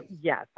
Yes